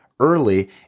Early